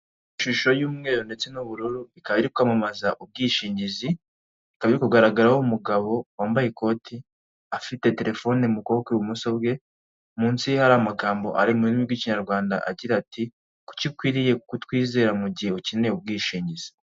Ishusho y'umweru ndetse n'ubururu ikaba iri kwamamaza ubwishingizi ikaba iri kugaragaraho umugabo wambaye ikoti afite telefone mu kuboko kw'ibumoso bwe, munsi ye hari amagambo ari mu rurimi rw'ikinyarwanda agira ati ''kuki ukwiriye kutwizera mu gihe ukeneye ubwishingizi''.